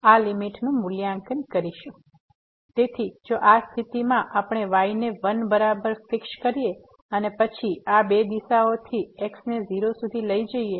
તેથી જો આ સ્થિતિમાં આપણે y ને 1 બરાબર ફિક્સ કરીએ અને પછી આ બે દિશાઓથી x ને 0 સુધી લઇ જઈએ